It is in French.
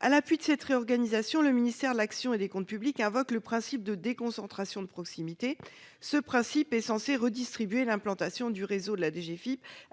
À l'appui de cette réorganisation, le ministère de l'action et des comptes publics invoque le principe de « déconcentration de proximité ». Ce principe est censé redistribuer l'implantation du réseau de la DGFiP,